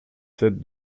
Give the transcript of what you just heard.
sept